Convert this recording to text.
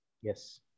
Yes